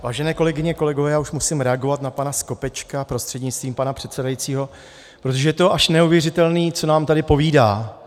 Vážené kolegyně, kolegové, já už musím reagovat na pana Skopečka prostřednictvím pana předsedajícího, protože to je až neuvěřitelné, co nám tady povídá.